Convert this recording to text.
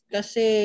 Kasi